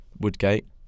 Woodgate